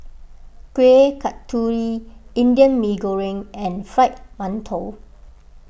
Kueh Kasturi Indian Mee Goreng and Fried Mantou